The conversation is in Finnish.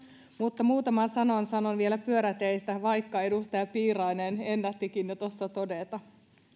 mutta muutaman sanan sanon vielä pyöräteistä vaikka edustaja piirainen ennättikin jo tuossa todeta niistä